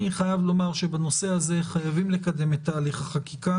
אני חייב לומר שבנושא הזה חייבים לקדם את תהליך החקיקה.